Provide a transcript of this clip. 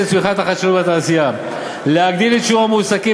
צמיחת החדשנות בתעשייה ולהגדיל את שיעור המועסקים